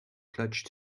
clutch